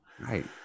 Right